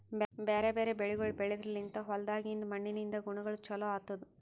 ಬ್ಯಾರೆ ಬ್ಯಾರೆ ಬೆಳಿಗೊಳ್ ಬೆಳೆದ್ರ ಲಿಂತ್ ಹೊಲ್ದಾಗಿಂದ್ ಮಣ್ಣಿನಿಂದ ಗುಣಗೊಳ್ ಚೊಲೋ ಆತ್ತುದ್